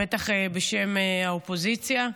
בטח בשם האופוזיציה,